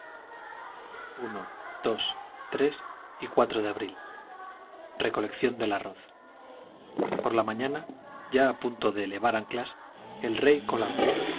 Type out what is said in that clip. iii y de abril recolección del arroz por la mañana ya a punto de levar anclas el rey